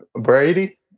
Brady